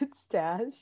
Stash